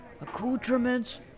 accoutrements